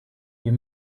you